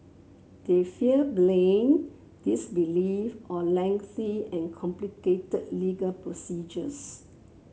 they fear blame disbelief or lengthy and complicated legal procedures